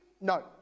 No